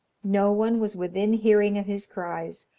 no one was within hearing of his cries,